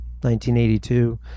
1982